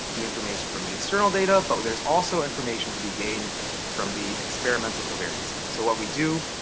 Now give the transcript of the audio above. the information from the external data. but, there's also information to be gained from the experimental covariates. so, what we do,